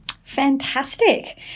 Fantastic